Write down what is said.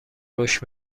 رشد